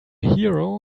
hero